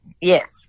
Yes